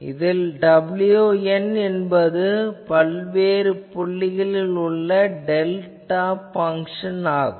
இதில் ωn என்பது பல்வேறு புள்ளிகளில் உள்ள டெல்டா பங்ஷன் ஆகும்